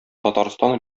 татарстан